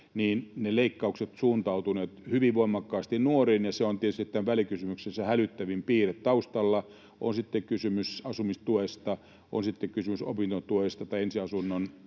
ja ne leikkaukset ovat suuntautuneet hyvin voimakkaasti nuoriin, ja se on tietysti tämän välikysymyksen hälyttävin piirre taustalla — on sitten kysymys asumistuesta, on sitten kysymys opintotuesta tai ensiasunnon